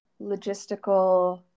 logistical